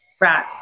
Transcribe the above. Right